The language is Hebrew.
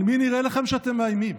על מי נראה לכם שאתם מאיימים?